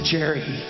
Jerry